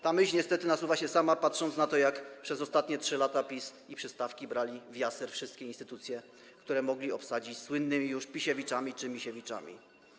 Ta myśl niestety nasuwa się sama, jeśli popatrzymy na to, jak przez ostatnie 3 lata PiS i przystawki brały w jasyr wszystkie instytucje, które mogły obsadzić słynnymi już Pisiewiczami czy Misiewiczami.